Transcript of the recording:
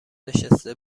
نشسته